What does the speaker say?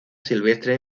silvestre